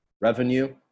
revenue